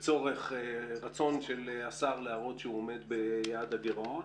לצורך רצון של השר להראות שהוא עומד ביעד הגירעון,